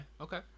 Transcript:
Okay